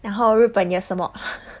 然后日本有什么